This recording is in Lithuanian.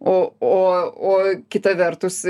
o o o kita vertus